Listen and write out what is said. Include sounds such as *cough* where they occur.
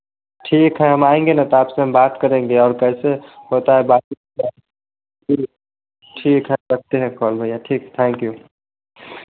ठीक है हम आएँगे न तो आपसे बात करेंगे और कैसे वह तो और बाद में *unintelligible* जी ठीक है रखते हैं कॉल भैया ठीक थैंक यू